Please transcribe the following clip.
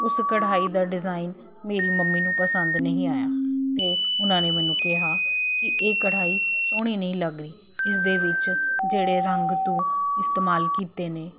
ਉਸ ਕਢਾਈ ਦਾ ਡਿਜ਼ਾਇਨ ਮੇਰੀ ਮੰਮੀ ਨੂੰ ਪਸੰਦ ਨਹੀਂ ਆਇਆ ਅਤੇ ਉਹਨਾਂ ਨੇ ਮੈਨੂੰ ਕਿਹਾ ਕਿ ਇਹ ਕਢਾਈ ਸੋਹਣੀ ਨਹੀਂ ਲੱਗ ਰਹੀ ਇਸ ਦੇ ਵਿੱਚ ਜਿਹੜੇ ਰੰਗ ਤੂੰ ਇਸਤੇਮਾਲ ਕੀਤੇ ਨੇ